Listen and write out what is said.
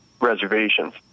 reservations